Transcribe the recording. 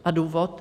A důvod?